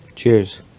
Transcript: Cheers